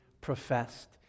professed